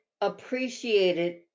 appreciated